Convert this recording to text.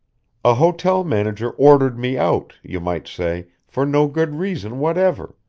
a hotel manager ordered me out, you might say, for no good reason whatever.